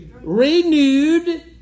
renewed